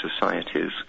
societies